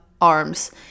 arms